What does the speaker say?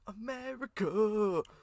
America